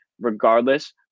regardless